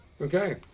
Okay